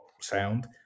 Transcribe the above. sound